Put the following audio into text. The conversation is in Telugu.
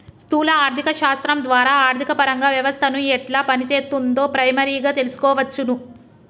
స్థూల ఆర్థిక శాస్త్రం ద్వారా ఆర్థికపరంగా వ్యవస్థను ఎట్లా పనిచేత్తుందో ప్రైమరీగా తెల్సుకోవచ్చును